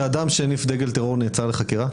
שאדם שהניף דגל טרור נעצר לחקירה?